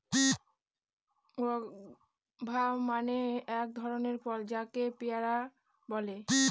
guava মানে এক ধরনের ফল যাকে পেয়ারা বলে